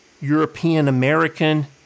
European-American